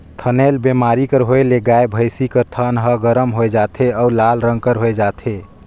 थनैल बेमारी कर होए ले गाय, भइसी कर थन ह गरम हो जाथे अउ लाल रंग कर हो जाथे